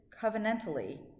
covenantally